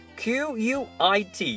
quit